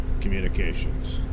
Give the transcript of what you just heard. communications